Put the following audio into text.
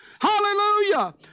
Hallelujah